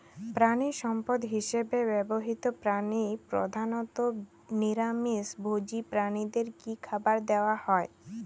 প্রাণিসম্পদ হিসেবে ব্যবহৃত প্রাণী প্রধানত নিরামিষ ভোজী প্রাণীদের কী খাবার দেয়া হয়?